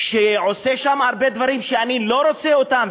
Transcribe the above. שעושה שם הרבה דברים שאני לא רוצה אותם,